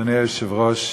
אדוני היושב-ראש,